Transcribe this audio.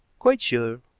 quite sure.